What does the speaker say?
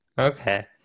Okay